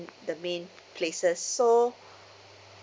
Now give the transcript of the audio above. the main places so